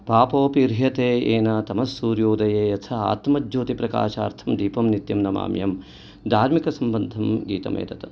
पापोपि ह्रियते येन तमस्सूर्योदये यथा आत्मज्योतिप्रकाशार्थं दीपं नित्यं नमाम्यहं दार्मिकसम्बद्धं गीतम् एतत्